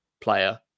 player